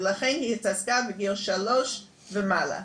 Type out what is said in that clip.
ולכן התעסקה בגיל שלוש ומעלה.